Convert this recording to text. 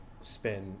spend